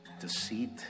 deceit